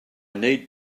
need